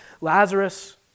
Lazarus